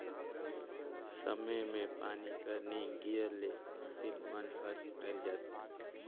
समे मे पानी कर नी गिरे ले फसिल मन हर मइर जाथे